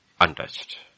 untouched